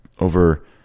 over –